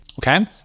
okay